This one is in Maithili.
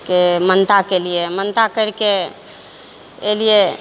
के मनता केलियै मनता करिके एलियै